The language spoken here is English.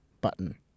button